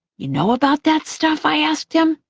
you know about that stuff? i asked him.